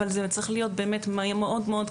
אבל זה צריך להיות מאוד קיצון.